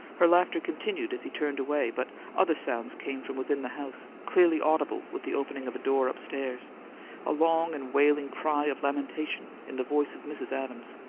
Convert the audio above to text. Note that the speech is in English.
her laughter continued as he turned away, but other sounds came from within the house, clearly audible with the opening of a door upstairs a long and wailing cry of lamentation in the voice of mrs. adams.